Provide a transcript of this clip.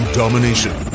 domination